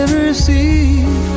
receive